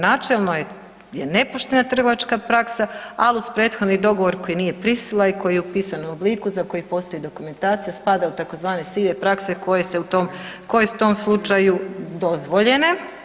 Načelno je nepoštena trgovačka praksa, al uz prethodni dogovor koji nije prisila i koji je upisan u obliku za koji postoji dokumentacija spada u tzv. sive prakse koje su u tom slučaju dozvoljene.